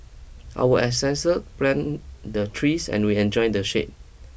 our ancestors planted the trees and we enjoy the shade